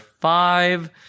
five